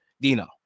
Dino